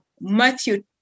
Matthew